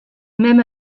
même